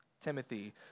Timothy